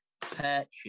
purchase